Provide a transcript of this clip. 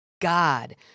God